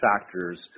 factors